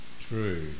true